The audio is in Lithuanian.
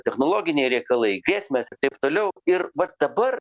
technologiniai reikalai grėsmės ir taip toliau ir va dabar